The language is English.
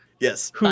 Yes